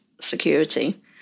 security